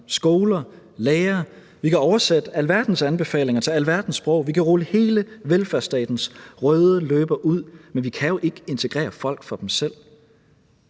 skoler og lærere. Vi kan oversætte alverdens anbefalinger til alverdens sprog. Vi kan rulle hele velfærdsstatens røde løber ud, men vi kan jo ikke integrere folk for dem.